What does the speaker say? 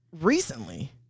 recently